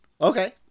Okay